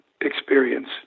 experience